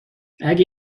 اگه